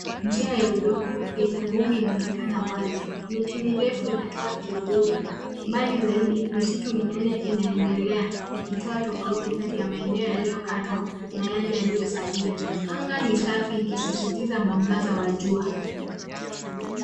Njia ya udongo yenye vumbi inaonekana wazi miti mirefu inatoa kivuli mbali zaidi misitu minene inaendelea ikitoa tofauti kati ya maeneo yaliyokatwa na yale yaliyosalia anga ni safi ikisisitiza mwangaza wa jua.